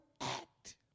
act